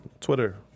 Twitter